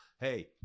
Hey